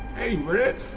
hey, britt?